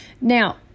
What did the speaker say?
Now